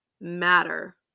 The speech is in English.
matter